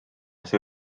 see